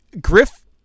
Griff